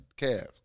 Cavs